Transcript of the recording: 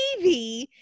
TV